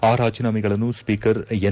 ಆ ರಾಜೀನಾಮೆಗಳನ್ನು speaker N